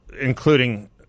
including